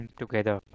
together